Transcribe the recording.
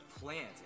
plant